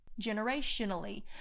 generationally